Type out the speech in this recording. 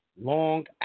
long